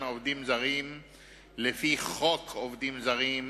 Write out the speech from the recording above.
העובדים הזרים לפי חוק עובדים זרים,